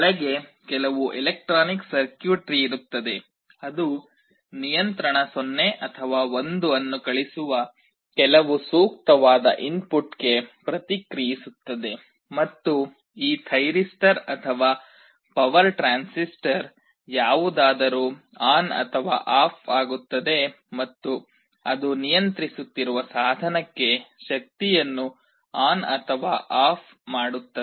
ಒಳಗೆ ಕೆಲವು electronic circuitry ಇರುತ್ತದೆ ಅದು ನಿಯಂತ್ರಣ 0 ಅಥವಾ 1 ಅನ್ನು ಕಳುಹಿಸುವ ಕೆಲವು ಸೂಕ್ತವಾದ ಇನ್ಪುಟ್ಗೆ ಪ್ರತಿಕ್ರಿಯಿಸುತ್ತದೆ ಮತ್ತು ಈ ಥೈರಿಸ್ಟರ್ ಅಥವಾ ಪವರ್ ಟ್ರಾನ್ಸಿಸ್ಟರ್ ಯಾವುದಾದರೂ ಆನ್ ಅಥವಾ ಆಫ್ ಆಗುತ್ತದೆ ಮತ್ತು ಅದು ನಿಯಂತ್ರಿಸುತ್ತಿರುವ ಸಾಧನಕ್ಕೆ ಶಕ್ತಿಯನ್ನು ಆನ್ ಅಥವಾ ಆಫ್ ಮಾಡುತ್ತದೆ